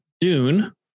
dune